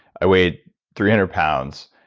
i weighed three hundred pounds.